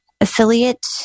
affiliate